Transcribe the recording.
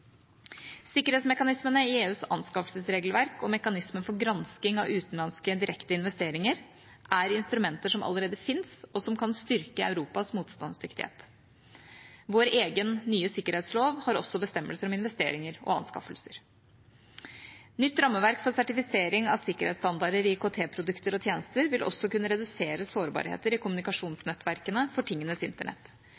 Sikkerhetsmekanismene i EUs anskaffelsesregelverk og mekanismen for gransking av utenlandske direkte investeringer er instrumenter som allerede fins, og som kan styrke Europas motstandsdyktighet. Vår egen nye sikkerhetslov har også bestemmelser om investeringer og anskaffelser. Nytt rammeverk for sertifisering av sikkerhetsstandarder i IKT-produkter og -tjenester vil også kunne redusere sårbarheter i